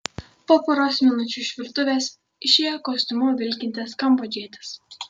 po poros minučių iš virtuvės išėjo kostiumu vilkintis kambodžietis